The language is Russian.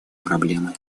проблемы